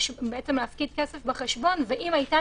יכול להפקיד כסף בחשבון ואילו הייתה